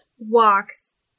walks